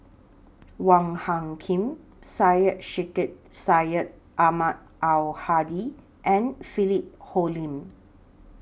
Wong Hung Khim Syed Sheikh Syed Ahmad Al Hadi and Philip Hoalim